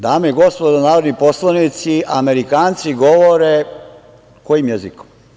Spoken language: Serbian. Dame i gospodo narodni poslanici, Amerikanci govore kojim jezikom?